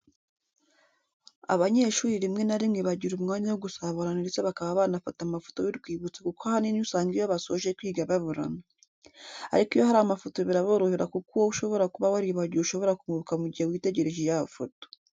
Abanyeshuri rimwe na rimwe bagira umwanya wo gusabana ndetse bakaba banafata amafoto y'urwibutso kuko ahanini usanga iyo basoje kwiga baburana. Ariko iyo hari amafoto biraborohera kuko uwo ushobora kuba waribagiwe ushobora kumwibuka mu gihe witegereje ya foto.